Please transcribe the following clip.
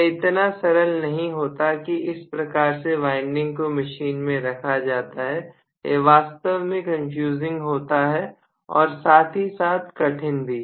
यह इतना सरल नहीं होता कि इस प्रकार से वाइंडिंग को मशीन में रखा जाता है यह वास्तव में कन्फ्यूजिंग होता है और साथ ही साथ कठिन भी